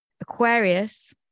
Aquarius